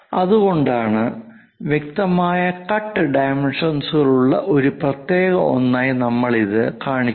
അതുകൊണ്ടാണ് വ്യക്തമായ കട്ട് ഡൈമെൻഷൻസ്കളുള്ള ഒരു പ്രത്യേക ഒന്നായി നമ്മൾ ഇത് കാണിക്കുന്നത്